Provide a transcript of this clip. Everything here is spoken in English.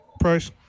Price